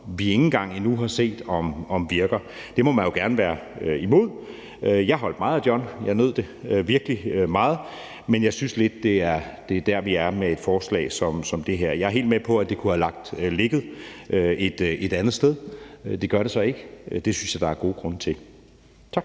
vi ikke engang endnu har set om virker. Det må man jo gerne være imod. Jeg holdt meget af John, jeg nød det virkelig meget, men jeg synes lidt, at det er der, vi er med et forslag som det her. Jeg er helt med på, at det kunne have ligget et andet sted, men det gør det så ikke, og det synes jeg der er gode grunde til. Tak.